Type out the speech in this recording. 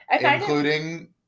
including